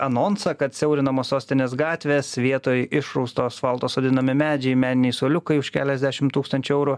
anonsą kad siaurinamos sostinės gatvės vietoj išrausto asfalto sodinami medžiai meniniai suoliukai už keliasdešim tūkstančių eurų